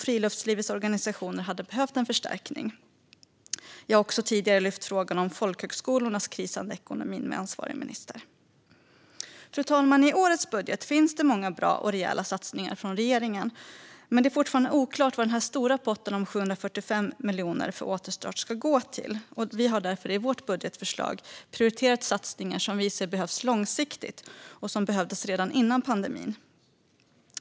Friluftslivets organisationer hade också behövt en förstärkning. Jag har tidigare också lyft upp frågan om folkhögskolornas krisande ekonomi med ansvarig minister. Fru talman! I årets budget finns många bra och rejäla satsningar från regeringen, men det är fortfarande oklart vad den stora potten på 745 miljoner för återstart ska gå till. Vi har därför i vårt budgetförslag prioriterat satsningar som vi ser behövs långsiktigt och som behövdes redan före pandemin.